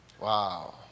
wow